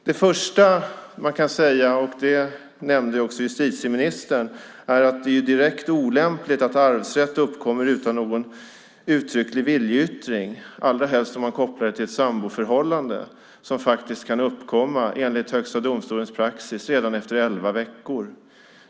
Det första man kan säga, och det nämnde också justitieministern, är att det är direkt olämpligt att arvsrätt uppkommer utan någons uttryckliga viljeyttring, allra helst kopplat till ett samboförhållande som faktiskt kan uppkomma enligt Högsta domstolens praxis redan efter elva veckor.